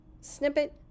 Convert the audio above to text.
snippet